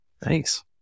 thanks